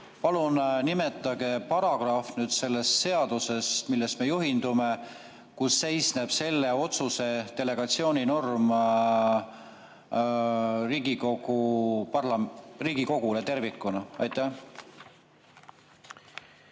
Palun nimetage paragrahv selles seaduses, millest me juhindume, kus seisneb selle otsuse delegatsiooninorm Riigikogule tervikuna. Aitäh!